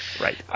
right